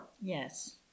Yes